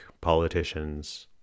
politicians